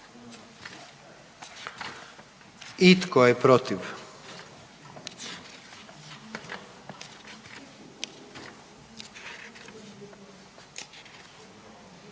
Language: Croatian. I tko je protiv?